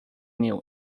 new